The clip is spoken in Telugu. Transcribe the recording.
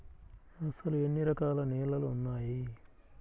అసలు ఎన్ని రకాల నేలలు వున్నాయి?